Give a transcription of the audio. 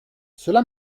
cela